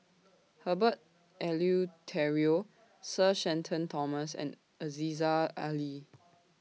Herbert Eleuterio Sir Shenton Thomas and Aziza Ali